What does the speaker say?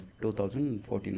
2014